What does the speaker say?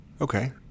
Okay